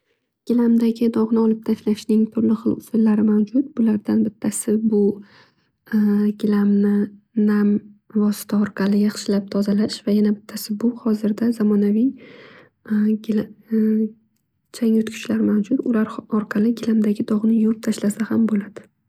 Gilamdagi dog'ni olib tashlashning turli xil usullari mavjud. Bulardan bittasi bu gilamni nam vosita orqali yaxshi tozalash. Va yana bittasi bu hozirda zamonaviy changyutgichlar mavjud ular orqali gilamdagi dog'ni yuvib tashlasa ham bo'ladi.